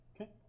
Okay